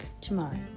tomorrow